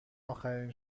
آخرین